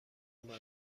منظره